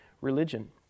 religion